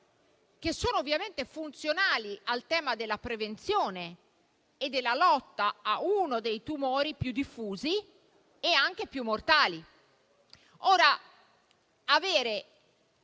che sono ovviamente funzionali al tema della prevenzione e della lotta a uno dei tumori più diffusi e anche più mortali.